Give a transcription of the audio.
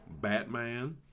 Batman